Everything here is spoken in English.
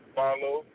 follow